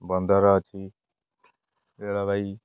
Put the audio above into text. ବନ୍ଦର ଅଛି ରେଳବାଇ